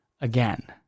again